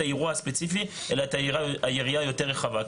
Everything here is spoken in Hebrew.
האירוע הספציפי אלא את היריעה היותר רחבה.